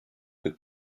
que